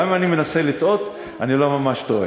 גם אם אני מנסה לטעות אני לא ממש טועה.